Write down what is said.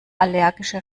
allergische